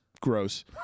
gross